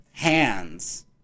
hands